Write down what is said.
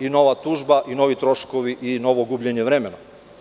nova tužba i novi troškovi i novo gubljenje vremena.